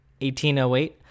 1808